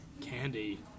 Candy